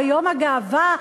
ביום הגאווה,